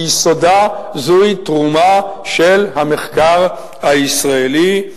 ביסודה זוהי תרומה של המחקר הישראלי,